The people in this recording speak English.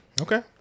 Okay